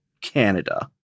Canada